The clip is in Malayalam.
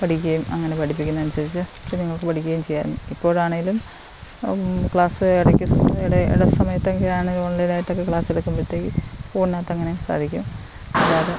പടിക്കേം അങ്ങനെ പഠിപ്പിക്കുന്നനുസരിച്ച് കുഞ്ഞുങ്ങൾക്ക് പടിക്കേം ചെയ്യാരുന്നു ഇപ്പോഴാണേലും ക്ലാസ്സ് ഇടക്ക് എടേ എടസമയത്തൊക്കെ ആണേലും ഓൺലൈൻ ആയിട്ടൊക്കെ ക്ലാസ്സ് എടുക്കുമ്പോഴത്തേക്ക് ഫോണിനകത്തങ്ങനെ കളിക്കും അല്ലാതെ